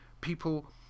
people